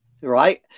Right